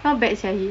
how bad sia he